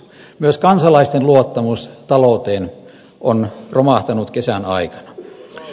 myös kansalaisten luottamus talouteen on romahtanut kesän aikana